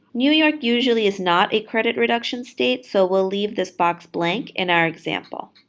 new york usually is not a credit reduction state, so we'll leave this box blank in our example.